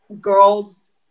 girls